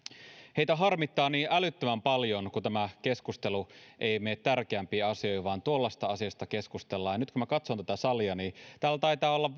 heitä harmittaa niin älyttömän paljon kun tämä keskustelu ei ei mene tärkeämpiin asioihin vaan tuollaisesta asiasta keskustellaan ja nyt kun katson tätä salia täällä taitaa olla